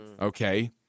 Okay